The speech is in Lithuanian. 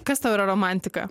kas tau yra romantika